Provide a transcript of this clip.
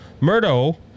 Murdo